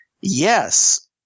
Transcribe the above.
Yes